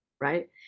Right